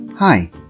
Hi